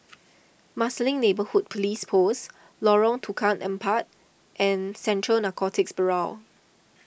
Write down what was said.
Marsiling Neighbourhood Police Post Lorong Tukang Empat and Central Narcotics Bureau